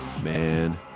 Man